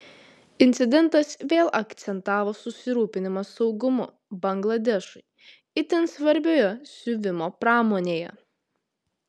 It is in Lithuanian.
incidentas vėl akcentavo susirūpinimą saugumu bangladešui itin svarbioje siuvimo pramonėje